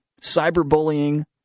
Cyberbullying